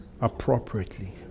appropriately